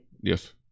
Yes